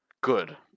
Good